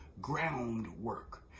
groundwork